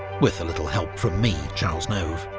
with a little help from me, charles nove.